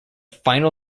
final